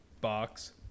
box